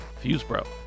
Fusebro